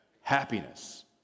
happiness